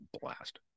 blast